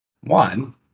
One